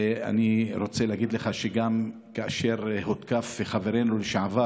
ואני רוצה להגיד לך שגם כאשר הותקפו חברנו לשעבר